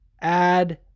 add